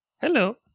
Hello